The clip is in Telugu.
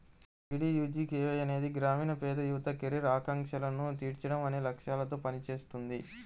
డీడీయూజీకేవై అనేది గ్రామీణ పేద యువత కెరీర్ ఆకాంక్షలను తీర్చడం అనే లక్ష్యాలతో పనిచేస్తుంది